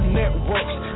networks